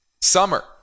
summer